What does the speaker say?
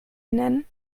nennen